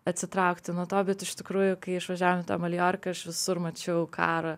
atsitraukti nuo to bet iš tikrųjų kai išvažiavom į tą maljorką aš visur mačiau karą